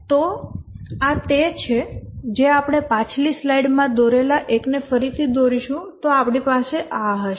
તો આ તે છે જો આપણે પાછલી સ્લાઇડમાં દોરેલા એકને ફરીથી દોરીશું તો આપણી પાસે આ હશે